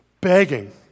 begging